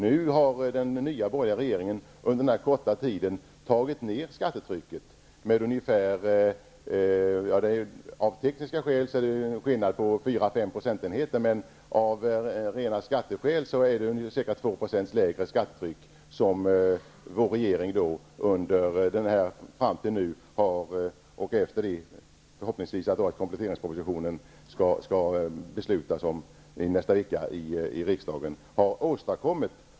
Nu har den nya borgerliga regeringen, under dess korta tid vid makten, tagit ned skattetrycket. Av tekniska skäl är det en skillnad på 4--5 procentenheter, men av rena skatteskäl är det ca 2 % lägre skattetryck som vår regering fram till nu -- och förhoppningsvis genom riksdagens beslut om kompletteringspropositionen nästa vecka -- har åstadkommit.